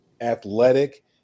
athletic